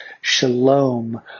shalom